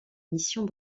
missions